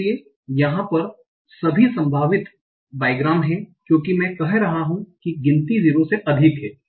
इसलिए यहाँ पर सभी संभावित बाइग्राम्स हैं क्योंकि मैं कह रहा हूँ कि गिनती 0 से अधिक है